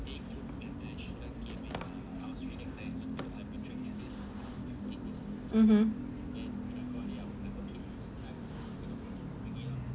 (uh huh)